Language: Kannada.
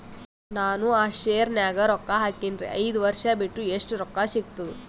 ನಾನು ಆ ಶೇರ ನ್ಯಾಗ ರೊಕ್ಕ ಹಾಕಿನ್ರಿ, ಐದ ವರ್ಷ ಬಿಟ್ಟು ಎಷ್ಟ ರೊಕ್ಕ ಸಿಗ್ತದ?